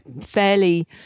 fairly